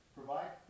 provide